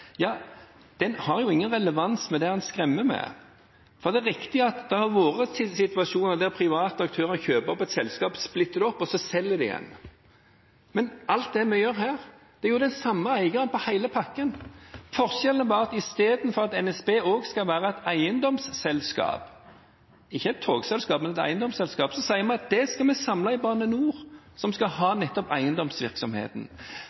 har jo ingen relevans for det han skremmer med. Det er riktig at det har vært situasjoner der private aktører kjøper opp et selskap, splitter det opp og så selger det igjen. Men til alt vi gjør her: Det er den samme eieren av hele pakken. Forskjellen er bare at istedenfor at NSB også skal være et eiendomsselskap – ikke et togselskap, men et eiendomsselskap – så sier vi at det skal vi samle i Bane NOR, som skal